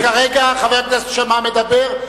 כרגע חבר הכנסת שאמה מדבר,